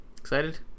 Excited